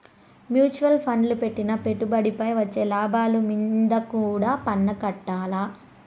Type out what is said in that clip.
mutual ఫండ్ల పెట్టిన పెట్టుబడిపై వచ్చే లాభాలు మీంద కూడా పన్నుకట్టాల్ల